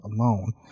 alone